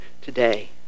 today